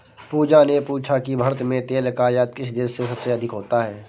पूजा ने पूछा कि भारत में तेल का आयात किस देश से सबसे अधिक होता है?